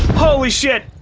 holy shit.